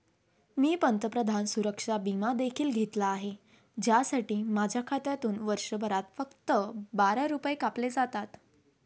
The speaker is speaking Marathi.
मी पंतप्रधान सुरक्षा विमा देखील घेतला आहे, ज्यासाठी माझ्या खात्यातून वर्षभरात फक्त बारा रुपये कापले जातात